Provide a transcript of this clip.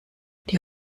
die